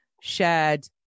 shared